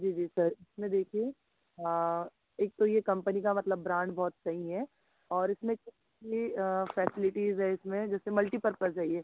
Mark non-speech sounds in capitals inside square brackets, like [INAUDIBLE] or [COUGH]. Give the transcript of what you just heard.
जी जी सर इसमें देखिए एक तो यह कम्पनी का मतलब ब्रांड बहुत सही है और इसमें [UNINTELLIGIBLE] फ़ैसिलिटीज़ हैं इसमें जैसे मल्टीपर्पज़ है यह